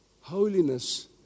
Holiness